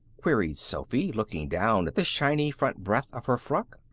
queried sophy, looking down at the shiny front breadth of her frock.